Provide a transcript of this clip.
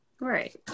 right